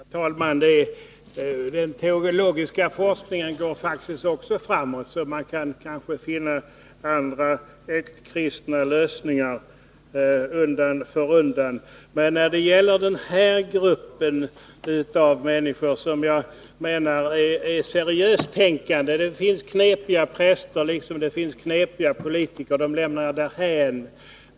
Herr talman! Också den teologiska forskningen går faktiskt framåt, och man kommer kanske undan för undan att finna nya äktkristna lösningar. Det gäller dock här en grupp av människor med seriösa åsikter. Det finns knepiga präster, liksom det också finns knepiga politiker, men dem lämnar jag därhän.